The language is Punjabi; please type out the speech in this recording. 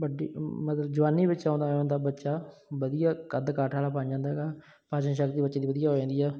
ਵੱਡੀ ਮਤਲਬ ਜਵਾਨੀ ਵਿੱਚ ਆਉਂਦਾ ਆਉਂਦਾ ਬੱਚਾ ਵਧੀਆ ਕੱਦ ਕਾਠ ਵਾਲਾ ਬਣ ਜਾਂਦਾ ਗਾ ਪਾਚਨ ਸ਼ਕਤੀ ਬੱਚੇ ਦੀ ਵਧੀਆ ਹੋ ਜਾਂਦੀ ਆ